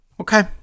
Okay